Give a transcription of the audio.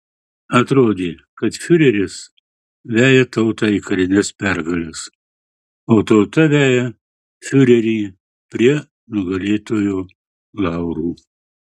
atrodė kad fiureris veja tautą į karines pergales o tauta veja fiurerį prie nugalėtojo laurų